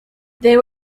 they